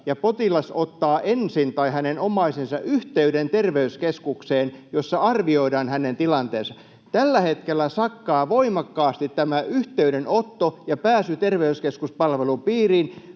ja potilas tai hänen omaisensa ottaa ensin yhteyden terveyskeskukseen, jossa arvioidaan hänen tilanteensa. Tällä hetkellä sakkaa voimakkaasti tämä yhteydenotto ja pääsy terveyskeskuspalvelun piiriin.